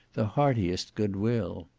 the heartiest good-will.